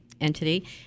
entity